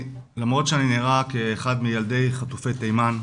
למרות שאני נראה כאחד מילדי חטופי תימן,